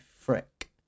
Frick